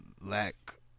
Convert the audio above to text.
lack